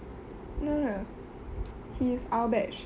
no no he is our batch